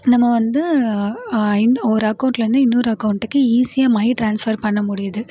நம்ம வந்து இன்னும் ஒரு அக்கௌண்ட்ல இருந்து இன்னொரு அக்கௌண்ட்டுக்கு ஈசியாக மணி ட்ரான்ஸ்ஃபர் பண்ண முடியுது